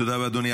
תודה רבה, אדוני.